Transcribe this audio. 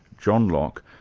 john locke,